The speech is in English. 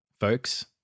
folks